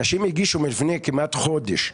אנשים הגישו הצעות מלפני כמעט חודש.